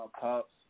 pops